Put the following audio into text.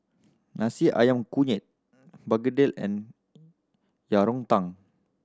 nasi ayam kunyit begedil and Yang Rou Tang